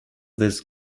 this